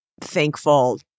thankful